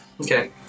Okay